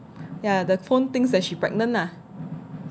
ya the phone thinks that she pregnant ah